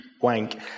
Wank